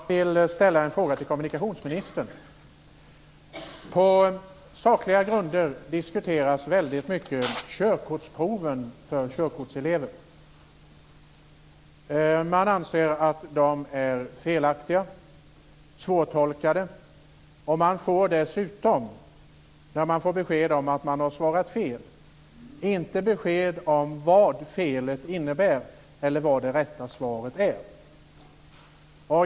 Herr talman! Jag vill ställa en fråga till kommunikationsministern. På sakliga grunder diskuteras körkortsproven för körkortselever väldigt mycket. Man anser att de är felaktiga och svårtolkade. När man får besked om att man har svarat fel får man dessutom inte besked om vad felet innebär eller vad det rätta svaret är.